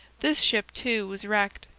this ship, too, was wrecked,